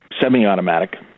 semi-automatic